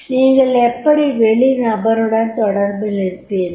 நீங்கள் எப்படி வெளி நபருடன் தொடர்பிலிருப்பீர்கள்